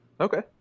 Okay